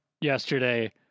yesterday